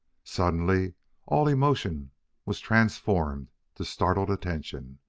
suddenly all emotion was transformed to startled attention.